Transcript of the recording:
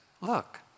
look